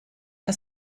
das